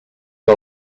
que